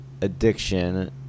addiction